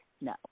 no